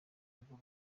rugo